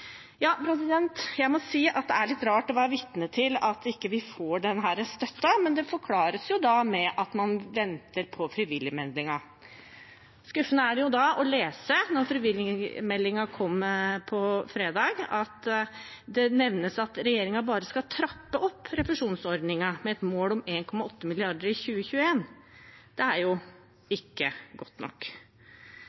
Jeg må si det er litt rart å være vitne til at vi ikke får denne støtten, men det forklares med at man venter på frivillighetsmeldingen. Da er det skuffende å lese, da frivillighetsmeldingen kom på fredag, at regjeringen bare skal trappe opp refusjonsordningen med et mål om 1,8 mrd. i 2021. Det er